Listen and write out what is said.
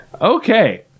okay